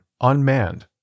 unmanned